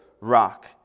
rock